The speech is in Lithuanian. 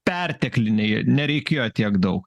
pertekliniai nereikėjo tiek daug